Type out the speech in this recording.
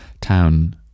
town